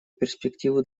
перспективу